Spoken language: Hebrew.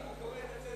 אם הוא כורת עצי